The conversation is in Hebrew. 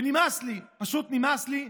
ונמאס לי, פשוט נמאס לי,